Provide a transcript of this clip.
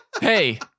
hey